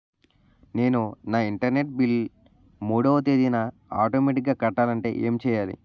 నేను నా internet bill మూడవ తేదీన ఆటోమేటిగ్గా కట్టాలంటే ఏం చేయాలి?